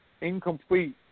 incomplete